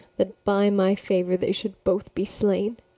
that by my favour they should both be slain?